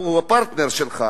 הוא הפרטנר שלך,